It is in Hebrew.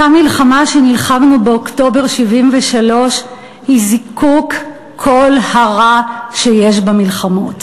אותה מלחמה שנלחמנו באוקטובר 1973 היא זיקוק כל הרע שיש במלחמות.